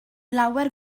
lawer